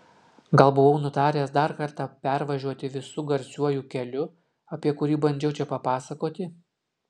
gal buvau nutaręs dar kartą pervažiuoti visu garsiuoju keliu apie kurį bandžiau čia papasakoti